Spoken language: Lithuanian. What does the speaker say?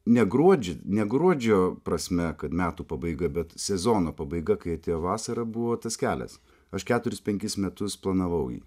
ne gruodžio ne gruodžio prasme kad metų pabaiga bet sezono pabaiga kai atėjo vasara buvo tas kelias aš keturis penkis metus planavau jį